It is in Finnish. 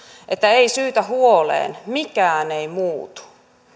että ei syytä huoleen mikään ei muutu